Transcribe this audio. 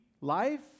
life